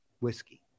Whiskey